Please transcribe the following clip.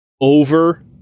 over